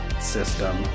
system